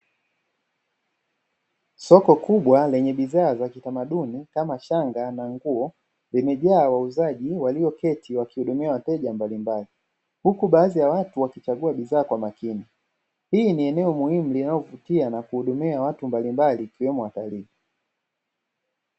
Soko kubwa lenye bidhaa za kitamaduni kama shanga na nguo limejaa wauzaji walioketi wakihudumia wateja mbalimbali huku baadhi ya watu wakichagua bidhaa kwa makini. Hii ni eneo muhimu linalovutia na kuhudumia watu mbalimbali wakiwemo watalii.